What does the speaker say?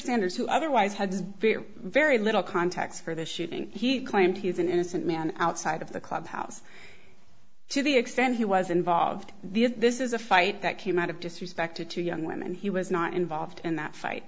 sanders who otherwise has very very little contacts for the shooting he claimed he's an innocent man outside of the clubhouse to the extent he was involved this is a fight that came out of disrespect to two young women he was not involved in that fight